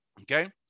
Okay